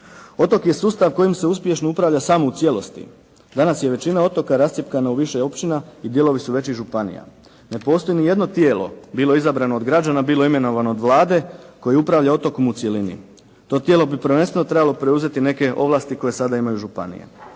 Otok je sustav kojim se uspješno upravlja samo u cijelosti. Danas je većina otoka rascjepkana u više općina i dijelovi su većih županija. Ne postoji ni jedno tijelo, bilo izabrano od građana, bilo imenovano od Vlade koje upravlja otokom u cjelini. To tijelo bi prvenstveno trebalo preuzeti neke ovlasti koje sada imaju županije.